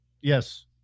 Yes